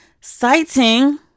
citing